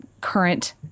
current